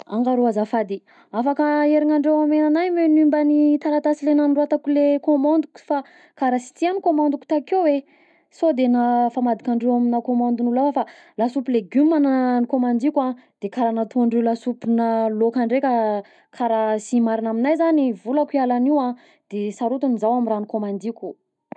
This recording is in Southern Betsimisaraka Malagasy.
A nga rô azafady, afaka aherinandreo amena anahy ve menu mban'ny taratasy le nanoratako le kômandiko fa raha sy ty agny kômandiko takeo e, sode na- famadikandreo aminà kômandin'olo hafa, fa lasopy legume na- nikômandiko a de karaha nataondreo lasopina laoka ndraika karaha sy marina aminahy zany, volako hiala an'io a de sarotiny zah amy raha nikômandiko.